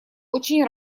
очень